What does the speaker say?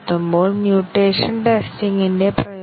അതിനാൽ DEF statement 2 ന്റെ set a ആണ്